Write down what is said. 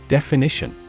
Definition